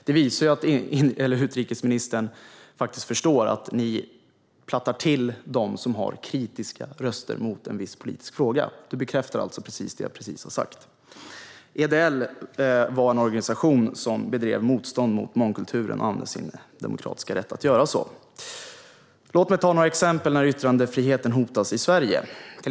Det visar att utrikesministern förstår att hon och regeringen faktiskt plattar till dem som har kritiska röster mot en viss politisk fråga. Hon bekräftar alltså det som jag just har sagt. EDL var en organisation som bedrev motstånd mot mångkulturen och använde sin demokratiska rätt att göra så. Låt mig ta några exempel på när yttrandefriheten hotas i Sverige.